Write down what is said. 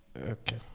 Okay